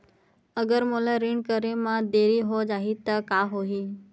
अगर मोला ऋण करे म देरी हो जाहि त का होही?